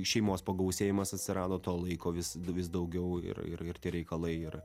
šeimos pagausėjimas atsirado to laiko vis vis daugiau ir ir ir tie reikalai ir